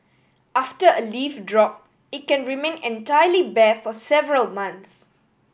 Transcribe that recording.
after a leaf drop it can remain entirely bare for several months